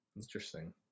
Interesting